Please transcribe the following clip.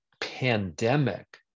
pandemic